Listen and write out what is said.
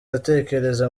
atekereza